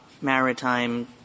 maritime